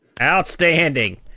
Outstanding